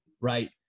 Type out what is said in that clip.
right